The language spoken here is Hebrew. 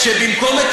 שמעתי את